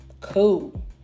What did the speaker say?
cool